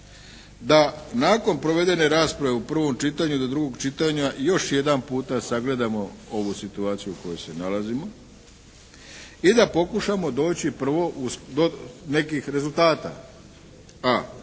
da nakon provedene rasprave u prvom čitanju do drugog čitanja još jedan puta sagledamo ovu situaciju u kojoj se nalazimo i da pokušamo doći prvo do nekih rezultata. a)